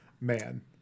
man